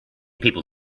people